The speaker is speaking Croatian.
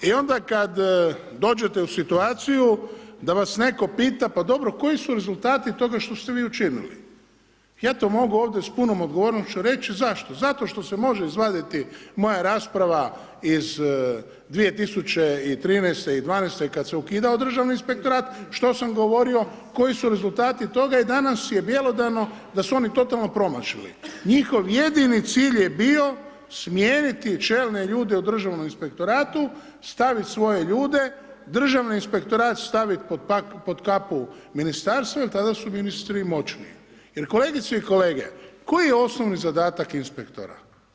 I onda kada dođete u situaciju, da vas netko pita, pa dobro, koji su rezultati toga što ste vi učinili, ja to mogu ovdje s punom odgovornošću reći zašto, zato što se može izvaditi moja rasprava iz 2013. i 2012. kad se ukidao Državni inspektorat, što sam govorio, koji su rezultati toga i danas je bjelodano da su oni totalno promašili, njihov jedini cilj je bio smijeniti čelne ljude Državnom inspektoratu, staviti svoje ljude, Državni inspektorat staviti pod kapu ministarstva jer tada su ministri moćniji jer kolegice i kolege, koji je osnovni zadatak inspektora?